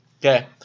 Okay